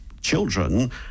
children